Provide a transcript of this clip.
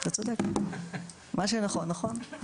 אתה צודק, מה שנכון נכון.